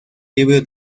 libro